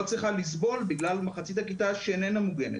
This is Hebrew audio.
צריכה לסבול בגלל מחצית הכיתה שאיננה מוגנת.